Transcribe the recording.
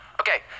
Okay